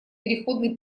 переходный